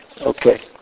Okay